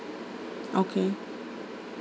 okay